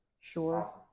sure